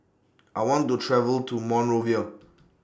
I want to travel to Monrovia